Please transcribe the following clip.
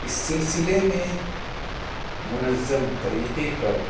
اس سلسلے میں منظم طریقے پر